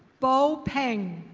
bo pang.